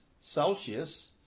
Celsius